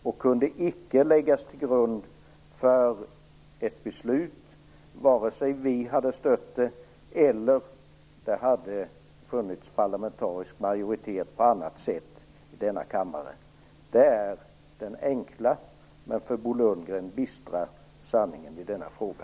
Det kunde icke läggas till grund för ett beslut vare sig vi hade stött det eller om det funnits parlamentarisk majoritet på annat sätt i denna kammare. Det är den enkla men för Bo Lundgren bistra sanningen i denna fråga.